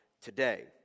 today